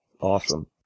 Awesome